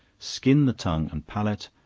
skin the tongue and palate,